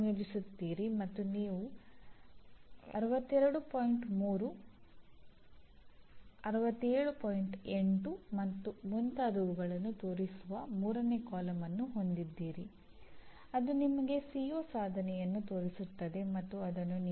ಆದ್ದರಿಂದ ಪ್ರೋಗ್ರಾಂ ಅನ್ನು ಇತರ ರೀತಿಯ ಕಾರ್ಯಕ್ರಮಗಳಿಂದ ಪ್ರತ್ಯೇಕಿಸಲು ಪ್ರೋಗ್ರಾಮ್ ನಿರ್ದಿಷ್ಟ ಪರಿಣಾಮಗಳನ್ನು ಬಳಸಬಹುದು